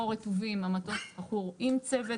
או רטובים, המטוס חכור עם צוות.